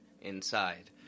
inside